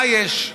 מה יש?